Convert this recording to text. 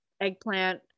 eggplant